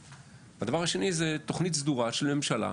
התוכנית השנייה היא תוכנית סדורה של ממשלה,